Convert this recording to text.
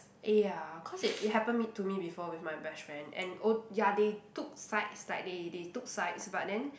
eh ya cause it it happen me to me before with my best friend and oh ya they took sides like they they took sides but then